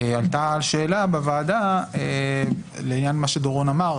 עלתה השאלה בוועדה לעניין מה שדורון אמר,